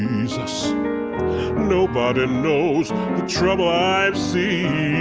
jesus nobody knows the trouble i've seen